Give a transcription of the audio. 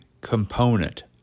component